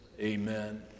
amen